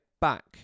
back